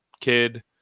kid